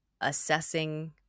assessing